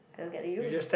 I don't get to use